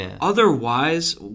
Otherwise